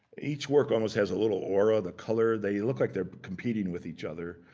each work almost has a little aura. the color, they look like they're competing with each other.